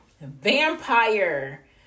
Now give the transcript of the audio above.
vampire